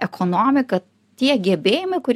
ekonomika tie gebėjimai kur